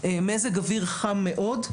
שמזג אוויר חם מאוד,